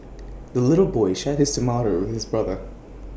the little boy shared his tomato with his brother